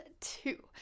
two